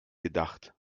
gedacht